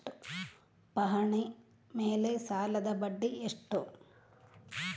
ಪಹಣಿ ಮೇಲೆ ಸಾಲದ ಬಡ್ಡಿ ಎಷ್ಟು?